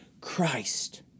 Christ